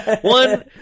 One